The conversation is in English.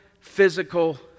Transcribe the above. physical